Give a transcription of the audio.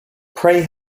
pray